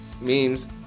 memes